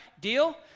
Deal